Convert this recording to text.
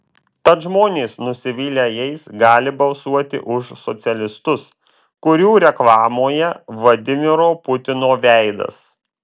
tad žmonės nusivylę jais gali balsuoti už socialistus kurių reklamoje vladimiro putino veidas